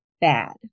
bad